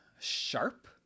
sharp